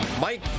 Mike